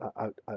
out